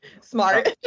smart